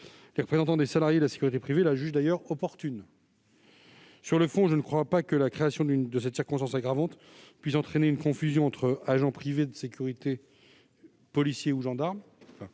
Les représentants des salariés de la sécurité privée jugent la mesure opportune. Sur le fond, je ne crois pas que la création de cette circonstance aggravante puisse entraîner une confusion entre agents de sécurité privée, d'une part,